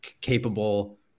capable